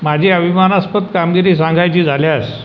माझी अभिमानास्पद कामगिरी सांगायची झाल्यास